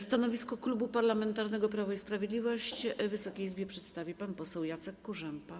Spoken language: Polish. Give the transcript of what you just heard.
Stanowisko Klubu Parlamentarnego Prawo i Sprawiedliwość Wysokiej Izbie przedstawi pan poseł Jacek Kurzępa.